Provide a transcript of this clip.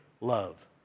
love